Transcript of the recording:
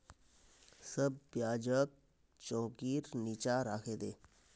सब प्याजक चौंकीर नीचा राखे दे